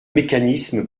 mécanisme